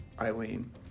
Eileen